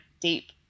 deep